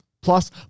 Plus